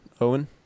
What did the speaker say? Owen